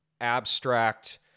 abstract